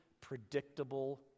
Predictable